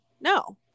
no